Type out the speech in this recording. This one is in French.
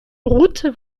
routes